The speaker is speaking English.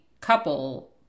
couple